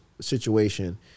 situation